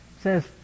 says